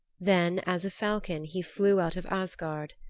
then as a falcon he flew out of asgard.